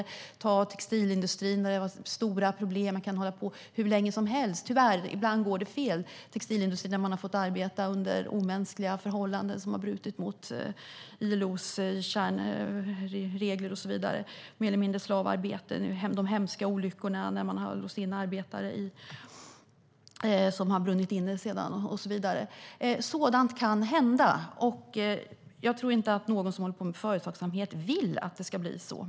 Vi kan ta textilindustrin, där det finns stora problem och där folk har fått arbeta under omänskliga förhållanden, där de har brutit mot ILO:s kärnregler och det har varit mer eller mindre slavarbete. Vi har också hemska olyckor där man har låst in arbetare som sedan har brunnit inne. Man kan hålla på hur länge som helst. Ibland går det tyvärr fel. Sådant kan hända. Jag tror inte att någon som håller på med företagsamhet vill att det ska bli så.